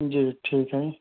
जी ठीक है